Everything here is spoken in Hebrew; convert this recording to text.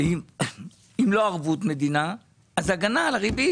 ואם לא ערבות מדינה, אז הגנה על הריבית.